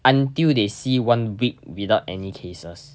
until they see one week without any cases